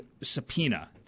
subpoena